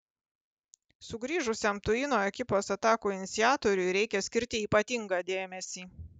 sugrįžusiam tuino ekipos atakų iniciatoriui reikia skirti ypatingą dėmesį